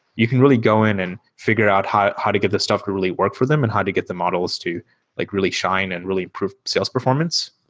you can really go in and figure out how how to get this stuff to really work for them and how to get the models to like really shine and really improve sales performance.